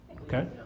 okay